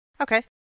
okay